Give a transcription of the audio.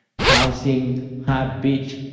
pulsing, heartbeat,